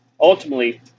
Ultimately